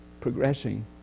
progressing